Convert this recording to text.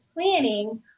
planning